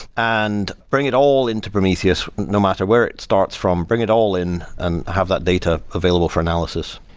and bring it all into prometheus no matter where it starts from. bring it all in and have that data available for analysis.